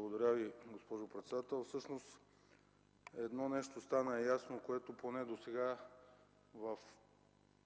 Благодаря Ви, госпожо председател. Едно нещо стана ясно, което поне досега през